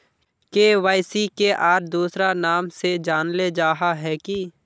KYC के आर दोसरा नाम से जानले जाहा है की?